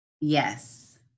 Yes